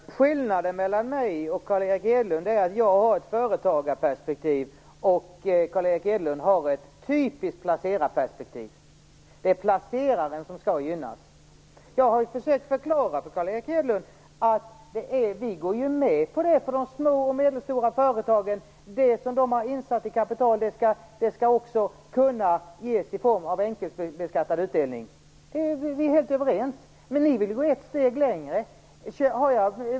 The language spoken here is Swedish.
Herr talman! Skillnaden mellan mig och Carl Erik Hedlund är att jag har ett företagarperspektiv och Carl Erik Hedlund har ett typiskt placerarperspektiv på detta. Det är placeraren som skall gynnas. Jag har ju försökt förklara för Carl Erik Hedlund att vi går med på detta för de små och medelstora företagen. Det som de har insatt i kapital skall också kunnas ges i form av enkelbeskattad utdelning. Vi är helt överens där, men ni vill ju gå ett steg längre.